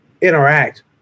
interact